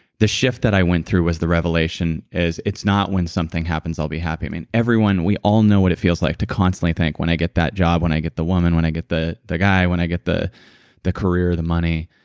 that i went through was the revelation is it's not when something happens i'll be happy i mean, everyone, we all know what it feels like to constantly think when i get that job when i get the woman, when i get the the guy, when i get the the career, the money,